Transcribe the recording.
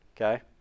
okay